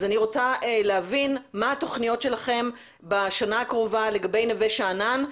אז אני רוצה להבין מה התכניות שלכם בשנה הקרובה לגבי נווה שאנן,